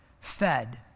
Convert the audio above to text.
fed